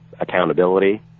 accountability